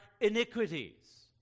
iniquities